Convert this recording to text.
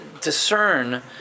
discern